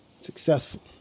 successful